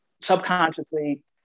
subconsciously